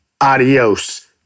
Adios